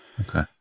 okay